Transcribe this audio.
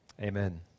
Amen